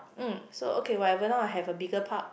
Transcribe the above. mm so okay whatever now I have a bigger park